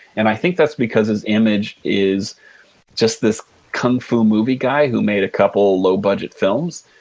and i think that's because his image is just this kung fu movie guy who made a couple low-budget films.